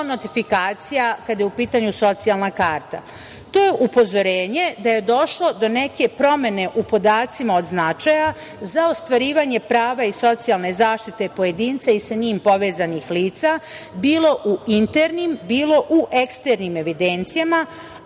notifikacija kada je u pitanju socijalna karta? To je upozorenje da je došlo do neke promene u podacima od značaja za ostvarivanje prava i socijalne zaštite pojedinca i sa njim povezanih lica, bilo u internim, bilo u eksternim evidencijama,